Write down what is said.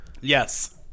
Yes